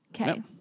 okay